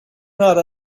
not